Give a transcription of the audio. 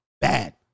bad